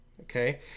okay